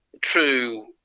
true